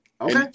Okay